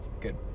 good